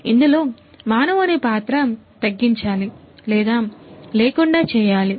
ఇందులో మానవుని పాత్ర తగ్గించాలి లేదా లేకుండా చేయాలి